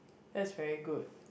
that's very good